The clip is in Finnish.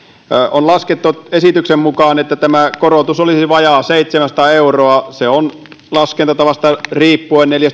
on laskettu esityksen mukaan että tämä korotus olisi vajaa seitsemänsataa euroa se on laskentatavasta riippuen neljä